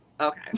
Okay